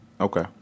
Okay